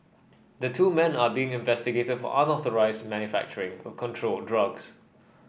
the two men are being investigated for unauthorised manufacturing of controlled drugs